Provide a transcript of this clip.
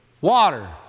water